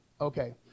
Okay